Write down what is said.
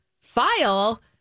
file